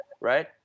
right